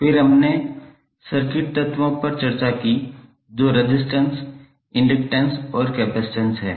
फिर हमने सर्किट तत्वों पर चर्चा की जो रेजिस्टेंस इंडक्टैंस और कपसिटंस हैं